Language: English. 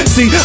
See